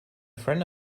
friend